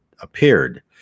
appeared